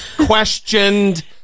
questioned